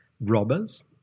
robbers